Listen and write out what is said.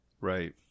Right